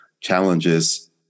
challenges